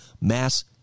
mass